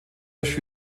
der